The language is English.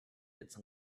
its